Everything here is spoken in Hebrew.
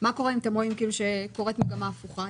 מה קורה אם אתם רואים שקורית מגמה הפוכה?